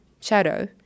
shadow